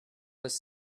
was